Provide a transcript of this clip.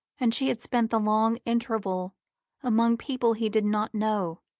and she had spent the long interval among people he did not know,